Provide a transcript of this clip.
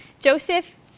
Joseph